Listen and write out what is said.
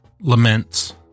laments